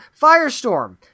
Firestorm